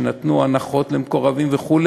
שנתנו הנחות למקורבים וכו',